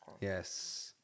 Yes